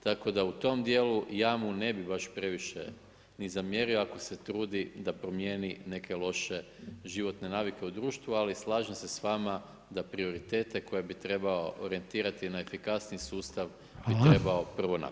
Tako da u tom dijelu ja mu ne bi baš previše ni zamjerio ako se trudi da promijeni neke loše životne navike u društvu, ali slažem se s vama da prioritete koje bi trebao orijentirati na efikasniji sustav [[Upadica: Hvala.]] bi trebao prvo napraviti.